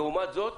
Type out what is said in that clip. לעומת זאת,